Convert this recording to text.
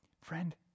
Friend